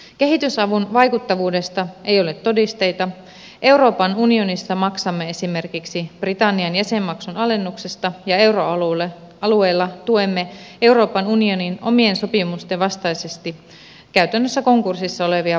kehitysavun vaikuttavuudesta ei ole todisteita euroopan unionissa maksamme esimerkiksi britannian jäsenmaksun alennuksesta ja euroalueella tuemme euroopan unionin omien sopimusten vastaisesti käytännössä konkurssissa olevia valtioita